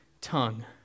tongue